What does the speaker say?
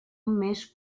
més